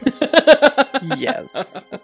yes